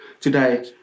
Today